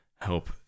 help